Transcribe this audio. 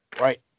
Right